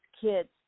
kids